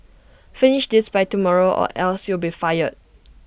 finish this by tomorrow or else you'll be fired